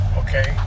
okay